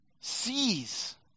sees